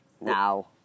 now